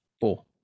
Four